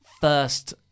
first